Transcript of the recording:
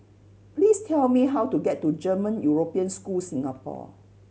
please tell me how to get to German European School Singapore